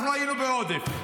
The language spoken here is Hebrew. אנחנו היינו בעודף,